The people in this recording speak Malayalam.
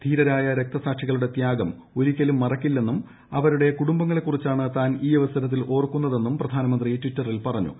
ധീരരായ രക്തസാക്ഷികളുടെ ത്യാഗം ഒരിക്കലും മറക്കില്ലെന്നും അവരുടെ കുടുംബങ്ങളെക്കുറിച്ചാണ് താൻ ഈ അവസരത്തിൽ ഓർക്കുന്നതെന്നും പ്രധാനമന്ത്രി ട്വിറ്ററിൽ പറഞ്ഞു